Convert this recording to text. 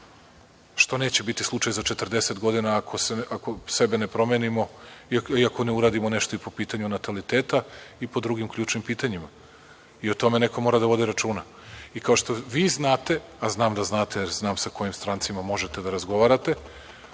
što neće biti slučaj za 40 godina ako sebe ne promenimo i ako ne uradimo nešto i po pitanju nataliteta i po drugim ključnim pitanjima. O tome neko mora da vodi računa. Kao što vi znate, a znam da znate jer znam sa kojim strancima možete da razgovarate,